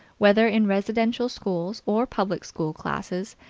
whether in residential schools or public school classes,